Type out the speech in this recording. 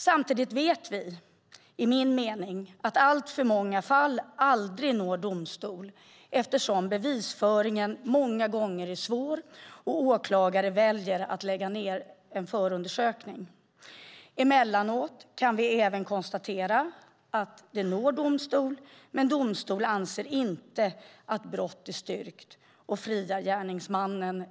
Samtidigt vet vi att alltför många fall aldrig når domstol eftersom bevisföringen många gånger är svår, och åklagare väljer att lägga ned förundersökning. Emellanåt kan vi även konstatera att det når domstol men att domstolen inte anser att ett brott är styrkt och friar gärningsmannen.